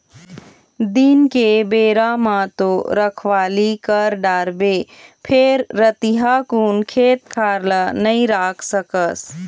दिन के बेरा म तो रखवाली कर डारबे फेर रतिहा कुन खेत खार ल नइ राख सकस